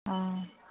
ꯑꯥ